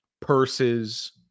purses